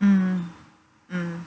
mm mm